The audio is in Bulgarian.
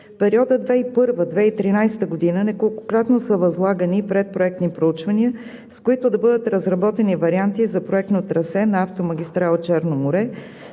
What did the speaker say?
периода 2001 – 2013 г. неколкократно са възлагани предпроектни проучвания, с които да бъдат разработени варианти за проект на трасе на автомагистрала „Черно море“.